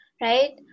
Right